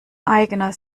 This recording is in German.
eigener